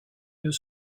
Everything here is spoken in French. eux